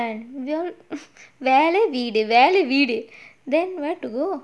kan we are வேல வீடு:vela veedu then where to go